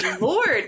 lord